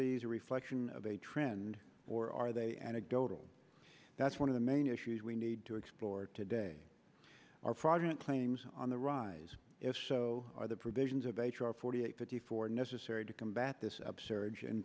these a reflection of a trend or are they anecdotal that's one of the main issues we need to explore today are fraudulent claims on the rise if so are the provisions of h r forty eight fifty four necessary to combat this upsurge in